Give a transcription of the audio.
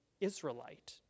israelite